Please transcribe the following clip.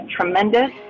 tremendous